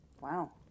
Wow